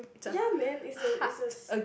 ya man is a is a